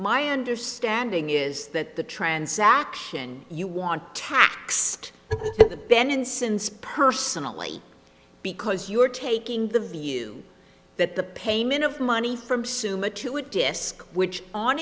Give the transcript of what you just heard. my understanding is that the transaction you want to tax then and since personally because you are taking the view that the payment of money from summa to a disk which on